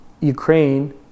Ukraine